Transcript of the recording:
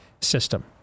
system